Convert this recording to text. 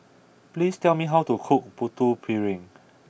please tell me how to cook Putu Piring